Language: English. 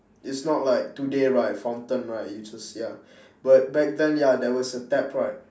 it's not like today right fountain right you just ya but back then ya there was a tap right